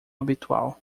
habitual